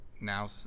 now